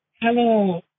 hello